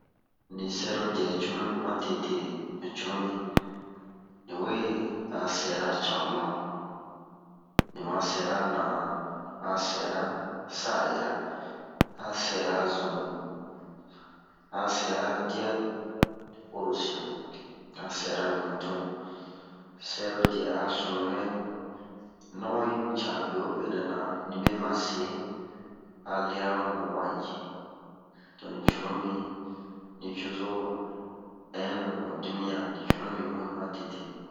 Ni sɛro-diɛ cunu mi ma tete ni cunu mi ni we a sɛra cama ni ma sɛra na'an a sɛra sa'era a sɛra zun a sɛra dia oro sian a sɛra ɲutun sɛro-diɛ a sununɛ no'on i ca bewobe nɛ na nebe ma se a lera ho no'on ni ji don ni cunu mi nicozo innu ho dimiyan ni cunu mi mun ma tete